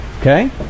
okay